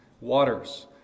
waters